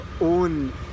own